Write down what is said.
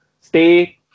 Stay